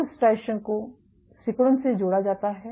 तो स्ट्राइएशन को सिकुड़न से जोड़ा जाता है